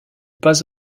pas